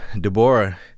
Deborah